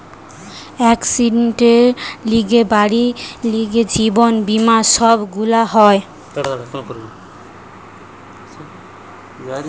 একসিডেন্টের লিগে, বাড়ির লিগে, জীবন বীমা সব গুলা হয়